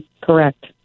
Correct